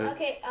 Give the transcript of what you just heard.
Okay